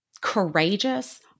courageous